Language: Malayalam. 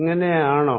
ഇങ്ങിനെയാണോ